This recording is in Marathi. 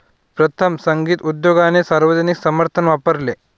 प्रथम, संगीत उद्योगाने सार्वजनिक समर्थन वापरले